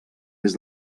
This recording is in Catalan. des